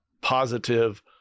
positive